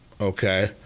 Okay